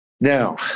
Now